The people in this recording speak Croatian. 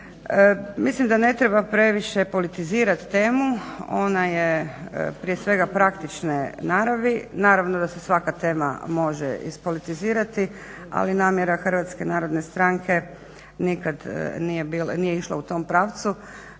Mislim da ne treba previše politizirati temu. Ona je prije svega praktične naravi. Naravno da se svaka tema može ispolitizirati, ali namjera Hrvatske narodne stranke nikad nije išla u tom pravcu